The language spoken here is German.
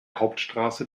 hauptstraße